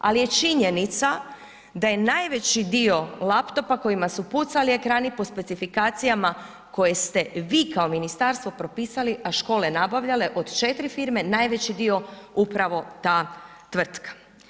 Ali je činjenica da je najveći dio laptopa kojima su pucali ekrani po specifikacijama koje ste vi kao ministarstvo propisali, a škole nabavljale, od 4 firme, najveći dio upravo ta tvrtka.